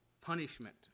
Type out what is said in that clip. punishment